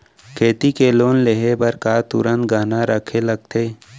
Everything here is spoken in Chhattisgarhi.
खेती के लोन लेहे बर का तुरंत गहना रखे लगथे?